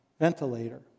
ventilator